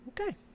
Okay